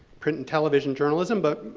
print and television journalism. but,